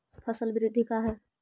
फसल वृद्धि का है?